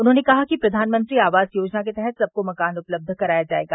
उन्होंने कहा कि प्रधानमंत्री आवास योजना के तहत सबको मकान उपलब्ध कराया जाएगा